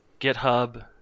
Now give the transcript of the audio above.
GitHub